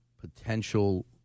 potential